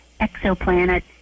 exoplanet